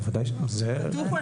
כתוב כאן,